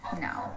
no